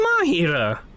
Mahira